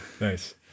nice